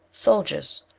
soldiers!